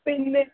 പിന്നെ